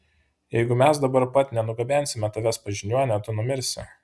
jeigu mes dabar pat nenugabensime tavęs pas žiniuonę tu numirsi